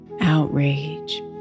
outrage